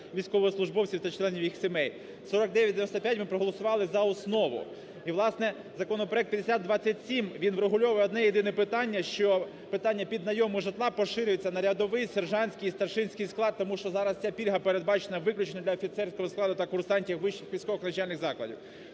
військовослужбовців та членів їх сімей". 4995 ми проголосували за основу. І, власне, законопроект 5027 врегульовує одне-єдине питання: що питання піднайому житла поширюється на рядовий, сержантський і старшинський склад, - тому що зараз ця пільга передбачена виключно для офіцерського складу та курсантів вищих військових навчальних закладі.